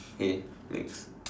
okay next